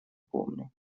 помню